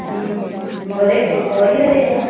मगर रेट तो वही रहेगा